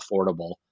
affordable